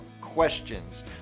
questions